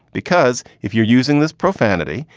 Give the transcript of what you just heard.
because if you're using this profanity,